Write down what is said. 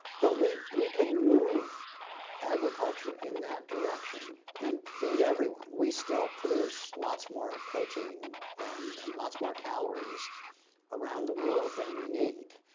but we we could move agriculture in that direction and feed everyone. we still produce lots more protein and lots more calories around the world than we need.